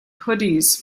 hoodies